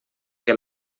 que